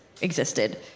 existed